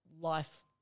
life